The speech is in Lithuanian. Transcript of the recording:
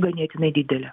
ganėtinai didelė